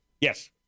Yes